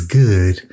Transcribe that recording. good